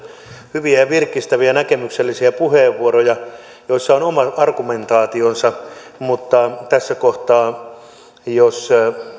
hyviä ja virkistäviä näkemyksellisiä puheenvuoroja joissa on omat argumentaationsa mutta tässä kohtaa jos